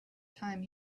time